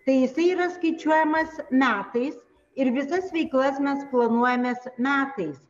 tai jisai yra skaičiuojamas metais ir visas veiklas mes planuojamės metais